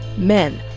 men.